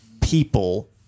people